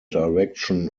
direction